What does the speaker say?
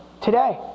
today